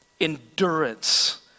Endurance